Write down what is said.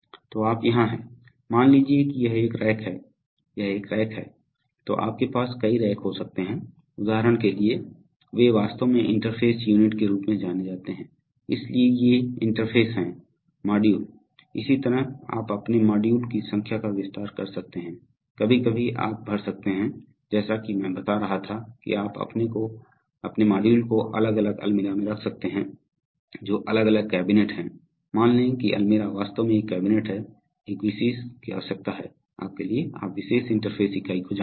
तो आप यहाँ हैं मIन लीजिये की यह एक रैक है यह एक रैक है तो आपके पास कई रैक हो सकते हैं उदाहरण के लिए वे वास्तव में इंटरफ़ेस यूनिट के रूप में जाने जाते हैं इसलिए ये इंटरफ़ेस हैं मॉड्यूल इसी तरह आप अपने मॉड्यूल की संख्या का विस्तार कर सकते हैं कभी कभी आप भर सकते हैं जैसा कि मैं बता रहा था कि आप अपने मॉड्यूल को अलग अलमीरा में रख सकते हैं जो अलग अलग कैबिनेट है मान लें कि अलमीरा वास्तव में एक कैबिनेट है एक विशेष की आवश्यकता है आपके लिए आप विशेष इंटरफ़ेस इकाई को जानते हैं